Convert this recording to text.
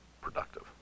productive